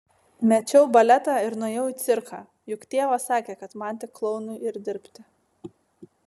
mečiau baletą ir nuėjau į cirką juk tėvas sakė kad man tik klounu ir dirbti